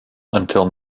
until